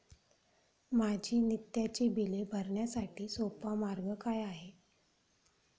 माझी नित्याची बिले भरण्यासाठी सोपा मार्ग काय आहे?